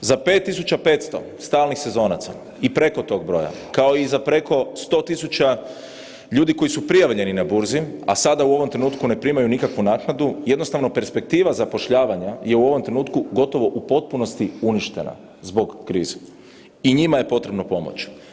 Za 5.500 stalnih sezonaca i preko tog broja kao i za preko 100.000 ljudi koji su prijavljeni na burzi, a sada u ovom trenutku ne primaju nikakvu naknadu jednostavno perspektiva zapošljavanja je u ovom trenutku gotovo u potpunosti uništena zbog krize i njima je potrebna pomoć.